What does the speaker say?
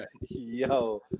yo